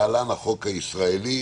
להלן החוק הישראלי.